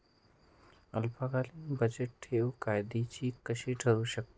अल्पकालीन बचतठेव फायद्याची कशी ठरु शकते?